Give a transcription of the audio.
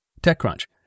TechCrunch